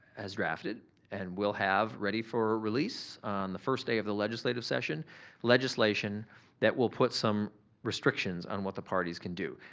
has drafted and will have ready for release on the first day of the legislative session legislation that will put some restrictions on what the parties can do.